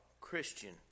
Christian